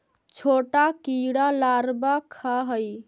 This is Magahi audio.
छोटा कीड़ा लारवा खाऽ हइ